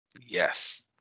Yes